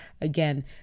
Again